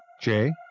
Jay